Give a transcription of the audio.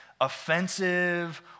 offensive